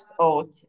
out